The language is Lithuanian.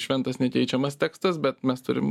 šventas nekeičiamas tekstas bet mes turim